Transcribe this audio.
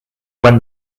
when